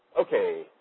Okay